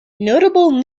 notable